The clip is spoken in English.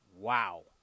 Wow